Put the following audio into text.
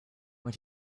when